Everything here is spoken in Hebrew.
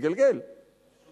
אתם פשוט